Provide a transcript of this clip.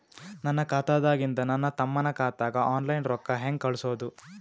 ನನ್ನ ಖಾತಾದಾಗಿಂದ ನನ್ನ ತಮ್ಮನ ಖಾತಾಗ ಆನ್ಲೈನ್ ರೊಕ್ಕ ಹೇಂಗ ಕಳಸೋದು?